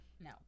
No